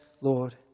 Lord